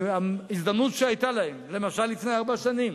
אזכיר את ההזדמנות שהיתה לנו לפני ארבע שנים,